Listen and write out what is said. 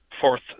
fourth